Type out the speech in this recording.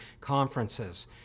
conferences